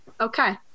Okay